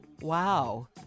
Wow